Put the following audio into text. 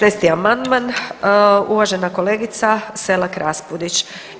19. amandman uvažena kolegica SElak Raspudić.